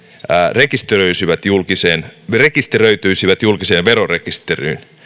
rekisteröityisivät julkiseen rekisteröityisivät julkiseen verorekisteriin